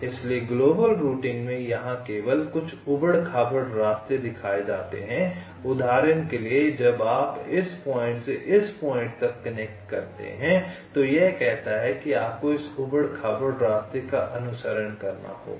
इसलिए global routing में यहाँ केवल कुछ उबड़ खाबड़ रास्ते दिखाए जाते हैं उदाहरण के लिए जब आप इस पॉइंट से इस पॉइंट तक कनेक्ट करते हैं तो यह कहता है कि आपको इस उबड़ खाबड़ रास्ते का अनुसरण करना होगा